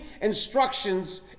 instructions